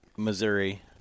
missouri